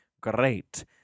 great